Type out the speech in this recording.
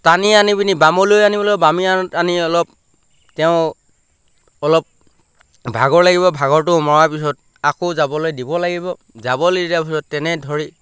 টানি আনি পিনি বামলৈ আনিবলৈ বামলৈ আনি অলপ তেওঁ অলপ ভাগৰ লাগিব ভাগৰটো মৰাৰ পিছত আকৌ যাবলৈ দিব লাগিব যাবলৈ দিয়াৰ পিছত তেনেকৈ ধৰি